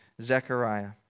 Zechariah